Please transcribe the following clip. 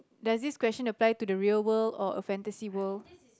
does this question apply to the real world or a fantasy world